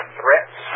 threats